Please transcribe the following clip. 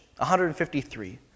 153